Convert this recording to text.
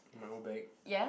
my whole back